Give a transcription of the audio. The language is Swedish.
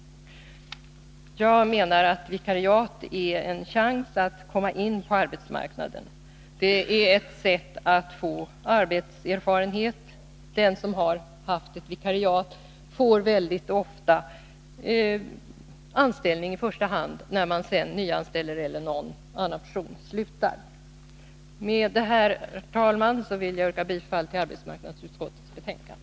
Jag menar att vikariat är en chans för människor att komma in på arbetsmarknaden, och det är ett sätt för dem att få arbetserfarenhet. Den som har haft ett vikariat får mycket ofta i första hand anställning när ett företag nyanställer eller när en annan person slutar. Med detta vill jag, herr talman, yrka bifall till hemställan i arbetsmarknadsutskottets betänkande.